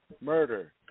murder